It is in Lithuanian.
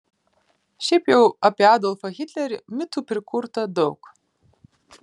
šiaip jau apie adolfą hitlerį mitų prikurta daug